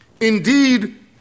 indeed